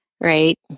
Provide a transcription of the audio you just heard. Right